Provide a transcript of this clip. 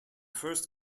first